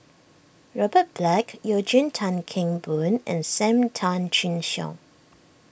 Robert Black Eugene Tan Kheng Boon and Sam Tan Chin Siong